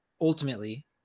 ultimately